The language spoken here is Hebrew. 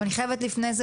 לפני זה,